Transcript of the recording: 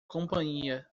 companhia